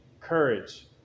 courage